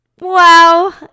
Wow